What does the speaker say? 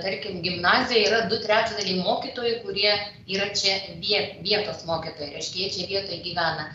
tarkim gimnazija yra du trečdaliai mokytojų kurie yra čia vien vietos mokytojai riškia jie čia tegyvena